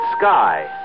Sky